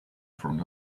front